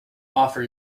offer